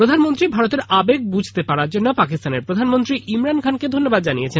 প্রধানমন্ত্রী ভারতের আবেগ বুঝতে পারার জন্য পাকিস্তানের প্রধানমন্ত্রী ইমরান খানকে ধন্যবাদ জানিয়েছেন